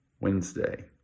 Wednesday